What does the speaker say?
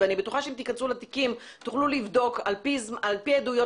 ואני בטוחה שאם תיכנסו לתיקים תוכלו לבדוק על פי עדויות